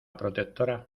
protectora